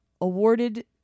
awarded